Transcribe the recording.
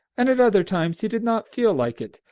and at other times he did not feel like it,